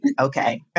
okay